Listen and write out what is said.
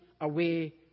away